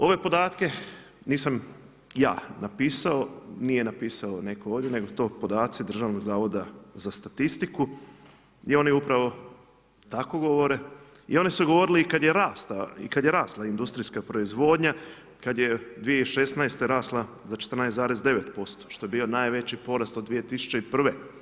Ove podatke, nisam ja napisao, nije napisao netko ovdje, nego to podaci Državnog zavoda za statistiku i oni upravo tako govore i oni su govorili kada je rasla industrijska proizvodnja, kada je 2016. rasla za 14,9% što je bio najveći porast od 2001.